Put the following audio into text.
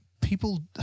people